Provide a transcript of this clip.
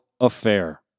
affair